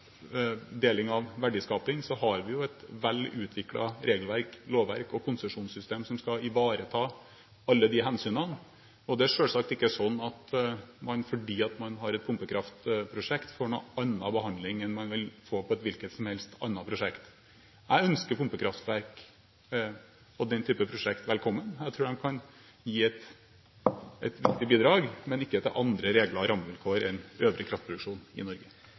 deling av verdiskaping, har vi et velutviklet regelverk, lovverk og konsesjonssystem som skal ivareta alle de hensynene. Det er selvsagt ikke slik at man fordi man har et pumpekraftprosjekt, får en annen behandling enn man vil få på et hvilket som helst annet prosjekt. Jeg ønsker pumpekraftverk og den typen prosjekt velkommen. Jeg tror de kan gi et viktig bidrag, men ikke til andre regler og rammevilkår enn den øvrige kraftproduksjonen i Norge.